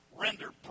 render